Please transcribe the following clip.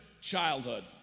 childhood